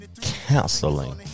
counseling